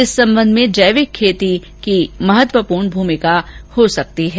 इस संबंध में जैविक खेती की महत्वपर्ण भूमिका भी शामिल हो सकती है